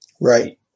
Right